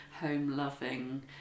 home-loving